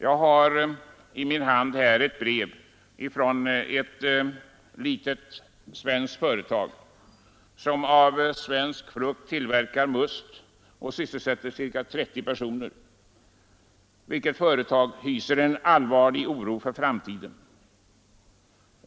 Jag har här i min hand ett brev från ett litet svenskt företag som av svensk frukt tillverkar must och sysselsätter ca 30 personer, och detta företag hyser allvarlig oro för framtiden.